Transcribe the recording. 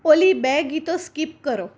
ઓલી બે ગીતો સ્કીપ કરો